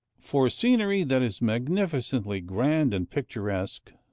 for scenery that is magnificently grand and picturesque,